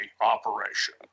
operation—